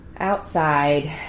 Outside